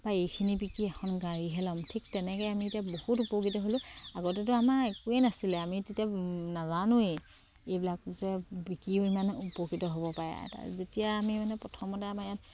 বা এইখিনি বিকি এখন গাড়ীহে ল'ম ঠিক তেনেকে আমি এতিয়া বহুত উপকৃত হ'লোঁ আগতেতো আমাৰ একোৱেই নাছিলে আমি তেতিয়া নাজানোৱেই এইবিলাক যে বিকিও ইমানে উপকৃত হ'ব পাৰে যেতিয়া আমি মানে প্ৰথমতে আমাৰ ইয়াত